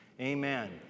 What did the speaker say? amen